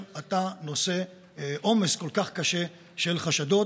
אתה נושא עומס כל כך קשה של חשדות.